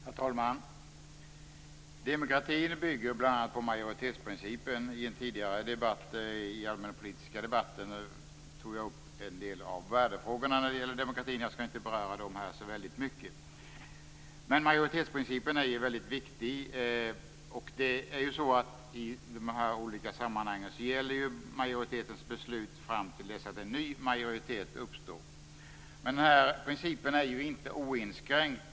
Herr talman! Demokratin bygger bl.a. på majoritetsprincipen. I den tidigare allmänpolitiska debatten tog jag upp en del av värdefrågorna när det gäller demokratin. Jag skall här inte beröra dem så mycket. Men majoritetsprincipen är mycket viktig. I dessa olika sammanhang gäller majoritetens beslut fram till dess att en ny majoritet uppstår. Men denna princip är ju inte oinskränkt.